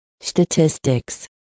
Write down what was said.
statistics